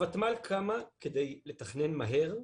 הוותמ"ל קמה כדי לתכנן מהר,